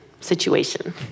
situation